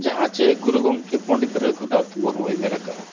ᱡᱟᱦᱟᱸ ᱪᱮ ᱜᱩᱨᱩ ᱜᱚᱢᱠᱮ ᱯᱚᱱᱰᱤᱛ ᱨᱚᱜᱷᱩᱱᱟᱛᱷ ᱢᱩᱨᱢᱩᱭ ᱢᱮᱱ ᱟᱠᱟᱫᱼᱟ